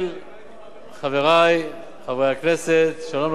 חברי חברי הכנסת, שלום לך, חבר הכנסת חיים כץ,